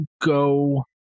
go